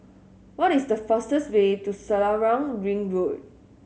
what is the fastest way to Selarang Ring Road